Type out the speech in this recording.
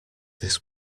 this